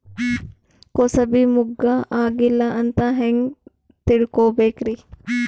ಕೂಸಬಿ ಮುಗ್ಗ ಆಗಿಲ್ಲಾ ಅಂತ ಹೆಂಗ್ ತಿಳಕೋಬೇಕ್ರಿ?